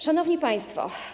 Szanowni Państwo!